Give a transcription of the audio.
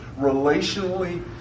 relationally